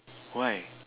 why